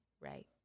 right